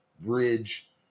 bridge